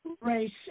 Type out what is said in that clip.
race